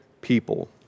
people